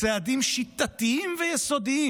צעדים שיטתיים ויסודיים